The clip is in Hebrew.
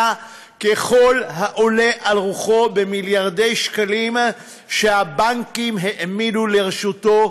ככל העולה על רוחו במיליארדי השקלים שהבנקים העמידו לרשותו,